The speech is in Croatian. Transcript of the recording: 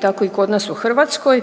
tako i kod nas u Hrvatskoj